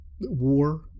war